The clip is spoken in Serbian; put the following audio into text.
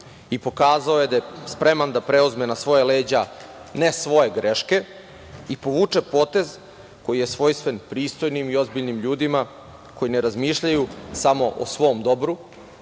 i pokazao je da je spreman da preuzme na svoja leđa, ne svoje greške, i povuče potez koji je svojstven pristojnim i ozbiljnim ljudima koji ne razmišljaju samo o svom dobru,